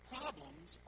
Problems